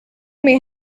may